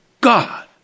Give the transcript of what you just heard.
God